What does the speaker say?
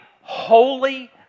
holy